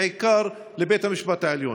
בעיקר לבית המשפט העליון.